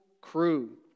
crew